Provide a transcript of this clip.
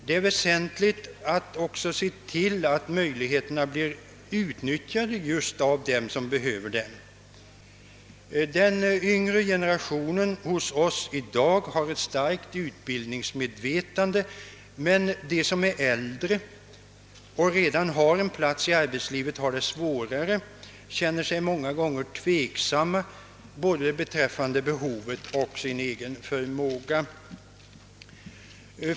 Det är väsentligt att se till att möjligheterna också utnyttjas just av dem som är i behov därav. Den yngre generationen i dagens samhälle har ett starkt utbildningsmedvetande, men de som är äldre och redan har en plats i arbetslivet har det svårare och känner sig många gånger tveksamma beträffande både behovet och sin egen förmåga.